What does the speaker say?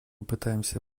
пытаемся